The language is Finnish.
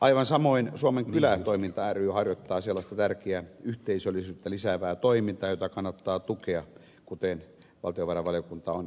aivan samoin suomen kylätoiminta ry harjoittaa sellaista tärkeää yhteisöllisyyttä lisäävää toimintaa jota kannattaa tukea kuten valtiovarainvaliokunta on ehdottanut